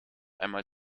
einmal